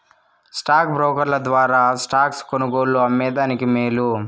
stock బ్రోకర్ల ద్వారా stocks కొనుగోలు, అమ్మే దానికి మేలు